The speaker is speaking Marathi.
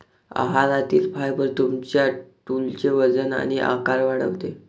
आहारातील फायबर तुमच्या स्टूलचे वजन आणि आकार वाढवते